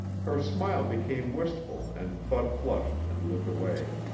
her smile became wistful and bud flushed and looked away.